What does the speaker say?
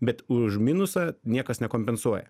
bet už minusą niekas nekompensuoja